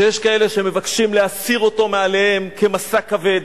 שיש כאלה שמבקשים להסיר אותו מעליהם כמשא כבד,